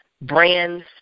brands